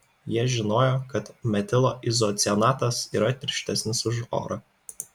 jie žinojo kad metilo izocianatas yra tirštesnis už orą